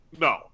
No